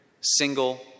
single